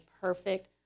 perfect